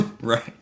right